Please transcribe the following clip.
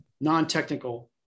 non-technical